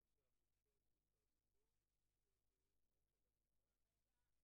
אבל היות שהמערכת לא מוכנה לשקול דברים בצורה דיפרנציאלית,